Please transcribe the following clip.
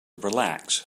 relax